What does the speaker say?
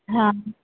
हा